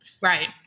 Right